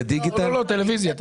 לא, טלוויזיה.